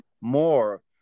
more